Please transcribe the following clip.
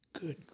Good